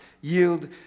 yield